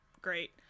great